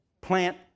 Plant